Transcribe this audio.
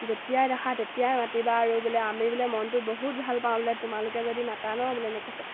যেতিয়াই দেখা তেতিয়াই মাতিবা আৰু বোলে আমি বোলে মনটোত বহুত ভাল পাওঁ বোলে তোমালোকে যদি মাতা নহ্ বোলে এনেকৈ কৈছে